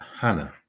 Hannah